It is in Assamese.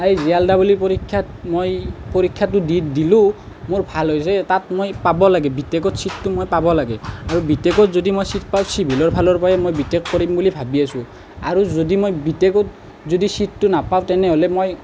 এই জে এল ডাবল ই পৰীক্ষাত মই পৰীক্ষাটো দি দিলোঁ মোৰ ভাল হৈছে তাত মই পাব লাগে বি টেকত চিটটো মই পাব লাগে আৰু বি টেকত যদি মই চিট পাওঁ চিভিলৰ ফালৰ পৰাই মই বি টেক কৰিম বুলি ভাবি আছোঁ আৰু যদি মই বি টেকত যদি চিটটো নাপাওঁ তেনেহ'লে মই